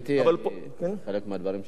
עם חלק מהדברים שלך אני מזדהה,